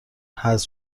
حذف